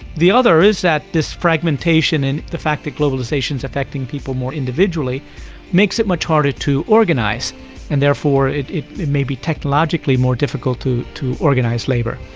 the other is that this fragmentation and the fact that globalisation is affecting people more individually makes it much harder to organise and therefore it it may be technologically more difficult to to organise labour.